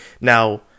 Now